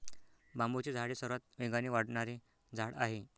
बांबूचे झाड हे सर्वात वेगाने वाढणारे झाड आहे